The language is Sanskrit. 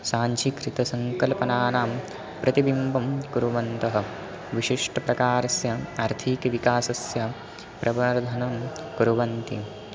साञ्चीकृतसङ्कल्पनानां प्रतिबिम्बं कुर्वन्तः विशिष्टप्रकारस्य आर्थिकविकासस्य प्रवर्धनं कुर्वन्ति